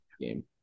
game